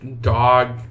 dog